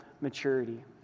maturity